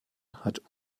hat